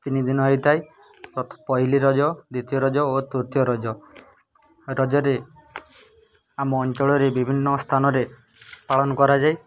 ତିନି ଦିନ ହେଇଥାଏ ପ ପହିଲିରଜ ଦ୍ଵିତୀୟ ରଜ ଓ ତୃତୀୟ ରଜ ରଜରେ ଆମ ଅଞ୍ଚଳରେ ବିଭିନ୍ନ ସ୍ଥାନରେ ପାଳନ କରାଯାଏ